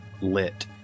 lit